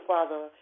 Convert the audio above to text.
Father